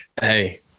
Hey